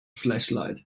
flashlight